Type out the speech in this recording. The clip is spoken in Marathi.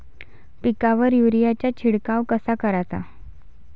पिकावर युरीया चा शिडकाव कसा कराचा?